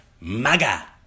MAGA